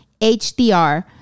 HDR